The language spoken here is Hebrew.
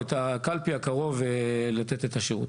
או את הקלפי הקרוב לתת את השירות.